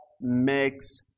makes